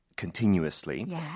Continuously